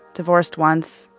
divorced once.